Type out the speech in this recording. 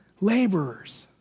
laborers